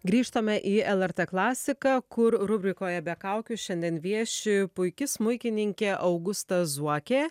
grįžtame į lrt klasiką kur rubrikoje be kaukių šiandien vieši puiki smuikininkė augusta zuokė